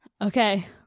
okay